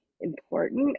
important